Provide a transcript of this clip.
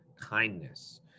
kindness